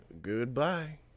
Goodbye